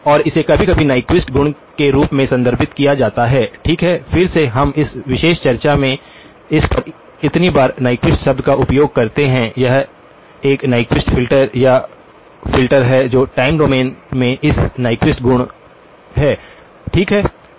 और इसे कभी कभी नीक्वीस्ट गुण के रूप में संदर्भित किया जाता है ठीक है फिर से हम इस विशेष चर्चा में इस पर इतनी बार नीक्वीस्ट शब्द का उपयोग करते हैं यह एक नीक्वीस्ट फ़िल्टर या फ़िल्टर है जो टाइम डोमेन में इस नीक्वीस्ट गुण है ठीक है